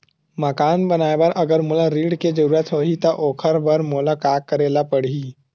मकान बनाये बर अगर मोला ऋण के जरूरत होही त ओखर बर मोला का करे ल पड़हि?